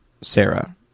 Sarah